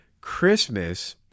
Christmas